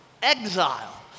exile